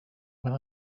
when